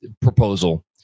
proposal